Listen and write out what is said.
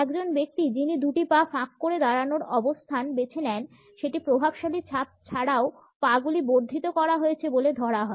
একজন ব্যক্তি যিনি দুটি পা ফাঁক করে দাঁড়ানোর অবস্থান বেছে নেন সেটি প্রভাবশালী ছাপ ছাড়াও পা গুলি বর্ধিত করা হয়েছে বলে ধরা হয়